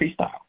freestyle